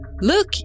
Look